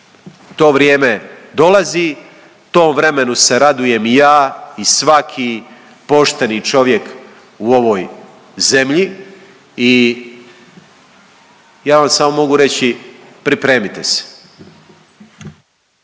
To vrijeme dolazi, tom vremenu se radujem i ja i svaki pošteni čovjek u ovoj zemlji i ja vam samo mogu reći, pripremite se.